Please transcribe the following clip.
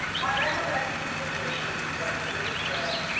on recollecting the omission, rose from his bed,